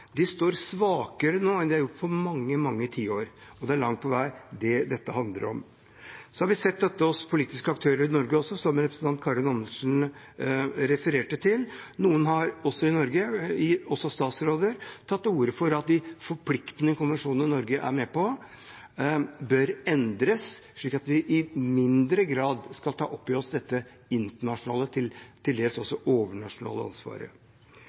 står svakere nå enn de har gjort på mange, mange tiår. Det er langt på vei det dette handler om. Vi har sett dette hos politiske aktører i Norge også, som representanten Karin Andersen refererte til. Noen også i Norge – også statsråder – har tatt til orde for at de forpliktende konvensjonene Norge er med på, bør endres slik at vi i mindre grad skal ta opp i oss dette internasjonale, til dels også overnasjonale, ansvaret.